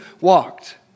walked